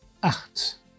acht